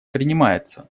принимается